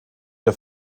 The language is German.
ihr